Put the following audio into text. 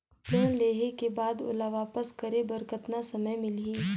Loan लेहे के बाद ओला वापस करे बर कतना समय मिलही?